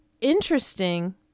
interesting